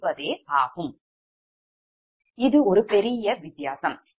இது ஒரு பெரிய வித்தியாசம்